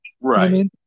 Right